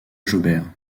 jobert